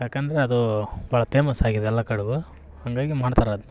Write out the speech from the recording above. ಯಾಕಂದರೆ ಅದು ಭಾಳ ಪೇಮಸ್ ಆಗಿದೆ ಎಲ್ಲ ಕಡೆಗೂ ಹಾಗಾಗಿ ಮಾಡ್ತಾರೆ ಅದನ್ನ